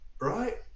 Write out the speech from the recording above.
right